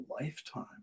lifetime